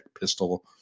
pistol